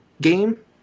game